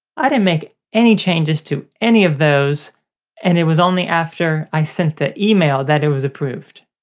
i didn't make any changes to any of those and it was only after i sent the email that it was approved.